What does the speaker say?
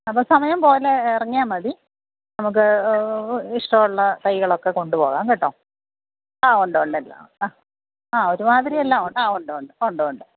അപ്പോൾ സമയം പോലെ ഇറങ്ങിയാൽ മതി നമുക്ക് ഇഷ്ടം ഉള്ള തൈകളൊക്കെ കൊണ്ടുപോകാം കേട്ടോ ആ ഉണ്ട് ഉണ്ട് എല്ലാം ആ ആ ഒരുമാതിരി എല്ലാം ആ ഉണ്ട് ഉണ്ട് ഉണ്ട് ഉണ്ട്